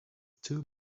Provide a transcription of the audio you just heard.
too